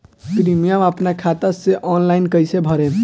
Premium अपना खाता से ऑनलाइन कईसे भरेम?